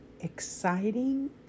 exciting